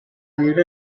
viure